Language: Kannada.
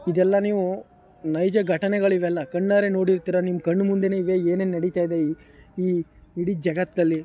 ಇದೆಲ್ಲ ನೀವು ನೈಜ ಘಟನೆಗಳಿವೆಲ್ಲ ಕಣ್ಣಾರೆ ನೋಡಿರ್ತೀರಾ ನಿಮ್ಮ ಕಣ್ಣು ಮುಂದೆಯೇ ಇವೇ ಏನೇನು ನಡಿತಾಯಿದೆ ಈ ಇಡೀ ಜಗತ್ತಲ್ಲಿ